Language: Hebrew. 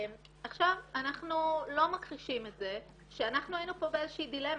אנחנו לא מכחישים את זה שאנחנו היינו פה באיזושהי דילמה.